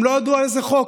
הם לא ידעו איזה חוק,